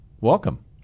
welcome